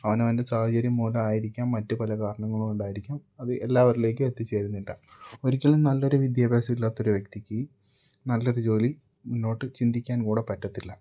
അവനവൻ്റെ സാഹചര്യം മൂലം ആയിരിക്കാം മറ്റു പല കാരണങ്ങളും കൊണ്ടായിരിക്കാം അത് എല്ലാവരിലേക്കും എത്തിച്ചേരുന്നില്ല ഒരിക്കലും നല്ലൊരു വിദ്യാഭ്യാസം ഇല്ലാത്തൊരു വ്യക്തിക്ക് നല്ലൊരു ജോലി മുന്നോട്ട് ചിന്തിക്കാൻ കൂടി പറ്റത്തില്ല